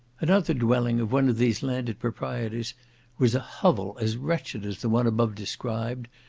another dwelling of one of these landed proprietors was a hovel as wretched as the one above described,